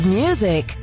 music